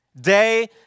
Day